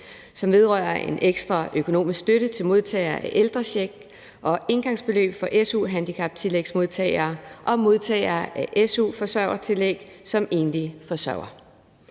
som vedrører en ekstra økonomisk støtte til modtagere af ældrecheck og engangsbeløb for su-handicaptillægsmodtagere og modtagere af su-forsørgertillæg som enlige forsørgere.